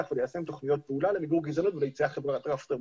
וליישם תוכניות פעולה למיגור גזענות ולייצר חברה רב תרבותית.